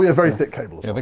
yeah very thick cables. and